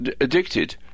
addicted